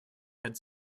had